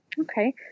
Okay